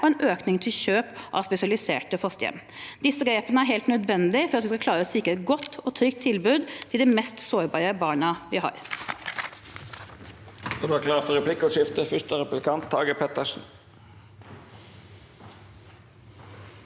er en økning til kjøp av spesialiserte fosterhjem. Disse grepene er helt nødvendige for at vi skal klare å sikre et godt og trygt tilbud til de mest sårbare barna vi har.